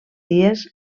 dies